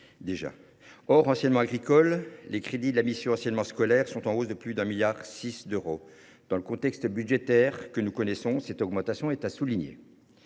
Hors enseignement agricole, les crédits de la mission « Enseignement scolaire » sont en hausse de plus de 1,6 milliard d’euros. Dans le contexte budgétaire que nous connaissons, une telle augmentation est à souligner.